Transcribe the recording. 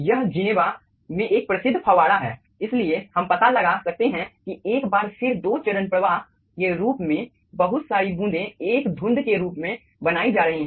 यह जिनेवा में एक प्रसिद्ध फव्वारा है इसलिए हम पता लगा सकते हैं कि एक बार फिर दो चरण प्रवाह के रूप में बहुत सारी बूंदें एक धुंध के रूप में बनाई जा रही हैं